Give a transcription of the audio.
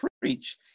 preach